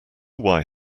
why